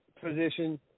position